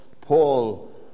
Paul